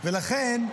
ולכן,